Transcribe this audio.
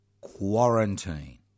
quarantine